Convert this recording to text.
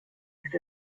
with